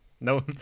No